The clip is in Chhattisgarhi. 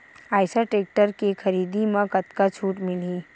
आइसर टेक्टर के खरीदी म कतका छूट मिलही?